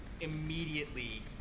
immediately